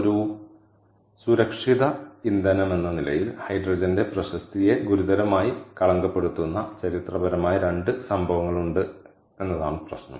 ഒരു സുരക്ഷിത ഇന്ധനമെന്ന നിലയിൽ ഹൈഡ്രജന്റെ പ്രശസ്തിയെ ഗുരുതരമായി കളങ്കപ്പെടുത്തുന്ന ചരിത്രപരമായി രണ്ട് സംഭവങ്ങളുണ്ട് എന്നതാണ് പ്രശ്നം